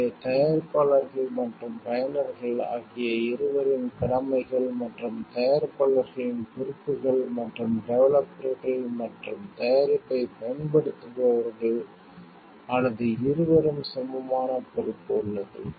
எனவே தயாரிப்பாளர்கள் மற்றும் பயனர்கள் ஆகிய இருவரின் கடமைகள் மற்றும் தயாரிப்பாளர்களின் பொறுப்புகள் மற்றும் டெவலப்பர்கள் மற்றும் தயாரிப்பைப் பயன்படுத்துபவர்கள் அல்லது இருவரும் சமமான பொறுப்பு உள்ளது